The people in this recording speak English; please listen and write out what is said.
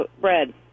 bread